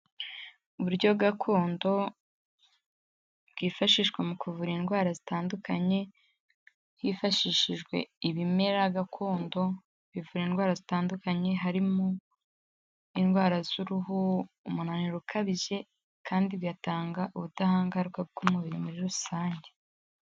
Uburyo gakondo bwifashishwa mu kuvura indwara zitandukanye, hifashishijwe ibimera gakondo bivura indwara zitandukanye harimo indwara z'uruhu, umunaniro ukabije kandi igatanga ubudahangarwa bw'umubiri muri rusange.